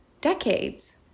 decades